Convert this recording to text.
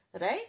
right